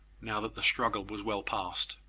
now that the struggle was well past.